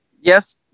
Yes